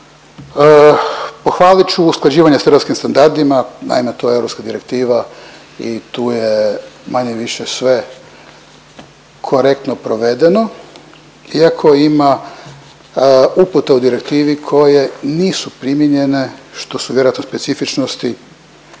Pohvalit ću usklađivanje s hrvatskim standardima, naime to je europska direktiva i tu je manje-više sve korektno provedeno iako ima upute u direktivi koje nisu primijenjene, što su vjerojatno specifičnosti